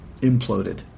imploded